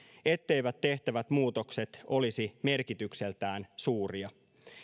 etteivät tehtävät muutokset olisi merkitykseltään suuria